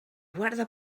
guarda